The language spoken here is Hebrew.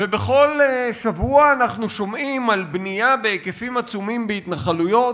ובכל שבוע אנחנו שומעים על בנייה בהיקפים עצומים בהתנחלויות,